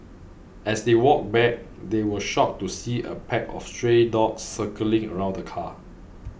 as they walked back they were shocked to see a pack of stray dogs circling around the car